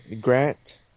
Grant